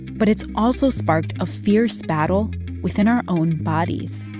but it's also sparked a fierce battle within our own bodies